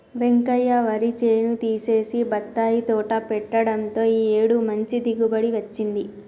వెంకయ్య వరి చేను తీసేసి బత్తాయి తోట పెట్టడంతో ఈ ఏడు మంచి దిగుబడి వచ్చింది